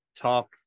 talk